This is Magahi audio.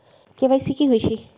के.वाई.सी कि होई छई?